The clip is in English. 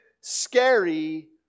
scary